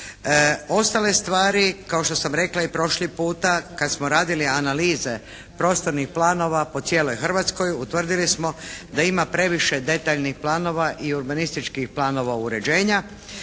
Ostale stvari kao što sam rekla i prošli puta kad smo radili analize prostornih planova po cijeloj Hrvatskoj utvrdili smo da ima previše detaljnih planova i urbanističkih planova uređenja